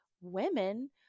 women